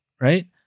right